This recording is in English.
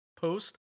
post